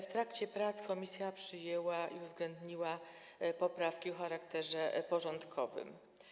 W trakcie prac komisja przyjęła i uwzględniła poprawki o charakterze porządkowym.